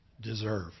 deserve